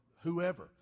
whoever